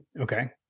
Okay